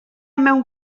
mewn